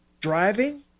driving